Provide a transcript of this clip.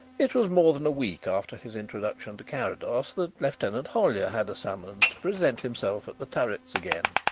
it was more than a week after his introduction to carrados that lieutenant hollyer had a summons to present himself at the turrets again.